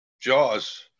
Jaws